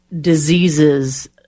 diseases